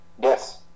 yes